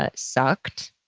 ah sucked.